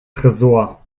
tresor